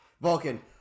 Vulcan